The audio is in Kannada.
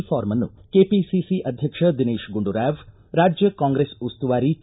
ಫಾರ್ಮಅನ್ನು ಕೆಪಿಸಿಸಿ ಅಧ್ಧಕ್ಷ ದಿನೇತ್ ಗುಂಡೂರಾವ್ ರಾಜ್ಯ ಕಾಂಗ್ರೆಸ್ ಉಸ್ತುವಾರಿ ಕೆ